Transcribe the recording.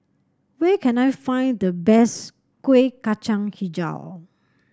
where can I find the best Kuih Kacang hijau